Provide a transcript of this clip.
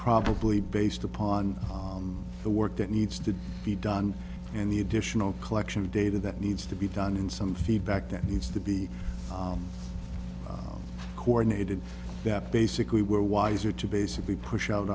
probably based upon the work that needs to be done and the additional collection of data that needs to be done in some feedback that needs to be coordinated that basically were wiser to basically push out